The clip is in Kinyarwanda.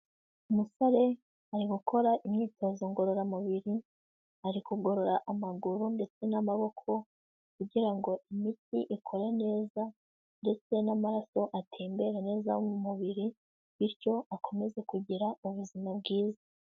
Umusore ari gukora imyitozo ngororamubiri, ari kugorora amaguru ndetse n'amaboko kugira ngo imitsi ikore neza ndetse n'amaraso atembera neza mu mubiri. Bityo akomeze kugira ubuzima bwiza.